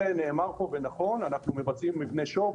ונאמר פה נכון אנחנו מבצעים מבנה שו"ב